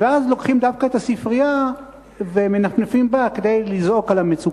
אז לוקחים דווקא את הספרייה ומנפנפים בה כדי לזעוק על המצוקה.